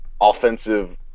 offensive